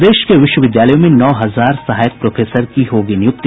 प्रदेश के विश्वविद्यालयों में नौ हजार सहायक प्रोफेसर की होगी निय्रक्ति